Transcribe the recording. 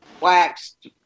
waxed